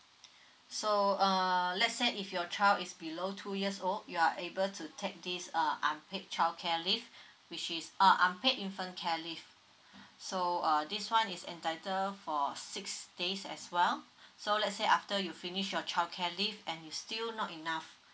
so err let's say if your child is below two years old you are able to take this uh unpaid childcare leave which is uh unpaid infant care leave so uh this one is entitle for six days as well so let's say after you finish your childcare leave and you still not enough